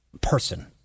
person